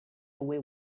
away